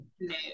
no